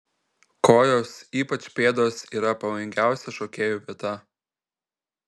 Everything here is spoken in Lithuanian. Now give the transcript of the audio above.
kojos ypač pėdos yra pavojingiausia šokėjų vieta